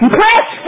press